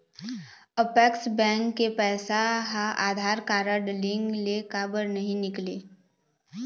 Apex bank के पैसा हा आधार कारड लिंक ले काबर नहीं निकले?